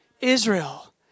Israel